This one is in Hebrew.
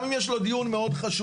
הזה גם אם יש לו דיון מאוד חשוב,